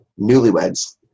Newlyweds